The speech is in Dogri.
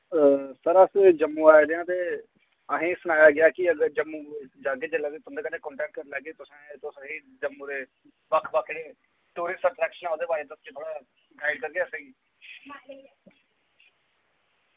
सर अस जम्मू आए दे आं ते असें सनाया गेया कि अगर जम्मू जागे जिल्लै ते तुंदे कन्नै कांटेक्ट करी लैगे तुसैं तुस ए जम्मू दे बक्ख बक्ख एह् टूरिस्ट अट्रैक्शन ऐ उदे बारे दस्सेयो थोह्ड़ा गाइड करगे असेंगी